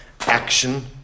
action